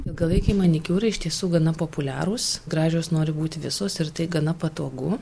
ilgalaikiai manikiūrai iš tiesų gana populiarūs gražios nori būt visos ir tai gana patogu